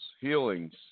healings